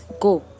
go